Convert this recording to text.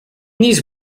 these